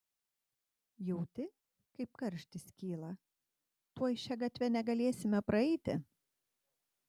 jauti kaip karštis kyla tuoj šia gatve negalėsime praeiti